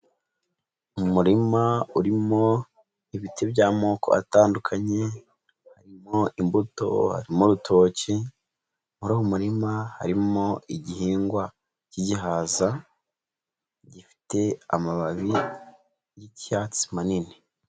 Umurima urimo ibiti by'amoko atandukanye, harimo imbuto, harimo urutoki, muri uwo murima harimo igihingwa cy'igihaza gifite amababi y'icyatsi manini.